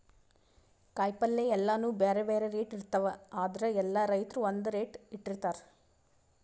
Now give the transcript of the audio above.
ಕಾಯಿಪಲ್ಯ ಎಲ್ಲಾನೂ ಬ್ಯಾರೆ ಬ್ಯಾರೆ ರೇಟ್ ಇರ್ತವ್ ಆದ್ರ ಎಲ್ಲಾ ರೈತರ್ ಒಂದ್ ರೇಟ್ ಇಟ್ಟಿರತಾರ್